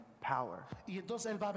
power